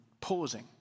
pausing